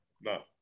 No